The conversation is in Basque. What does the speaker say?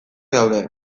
daude